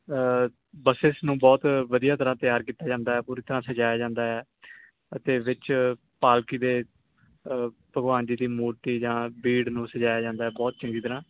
buses ਨੂੰ ਬਹੁਤ ਵਧੀਆ ਤਰ੍ਹਾਂ ਤਿਆਰ ਕੀਤਾ ਜਾਂਦਾ ਪੂਰੀ ਤਰ੍ਹਾਂ ਸਜਾਇਆ ਜਾਂਦਾ ਅਤੇ ਵਿੱਚ ਪਾਲਕੀ ਦੇ ਭਗਵਾਨ ਜੀ ਦੀ ਮੂਰਤੀ ਜਾਂ ਬੀੜ ਨੂੰ ਸਜਾਇਆ ਜਾਂਦਾ ਬਹੁਤ ਚੰਗੀ ਤਰ੍ਹਾਂ